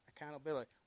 accountability